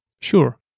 Sure